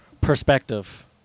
Perspective